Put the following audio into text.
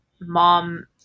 mom